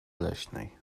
leśnej